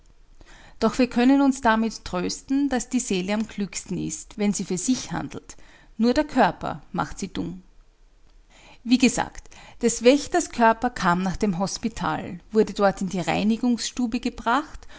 doch wir können uns damit trösten daß die seele am klügsten ist wenn sie für sich handelt nur der körper macht sie dumm wie gesagt des wächters körper kam nach dem hospital wurde dort in die reinigungsstube gebracht